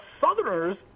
Southerners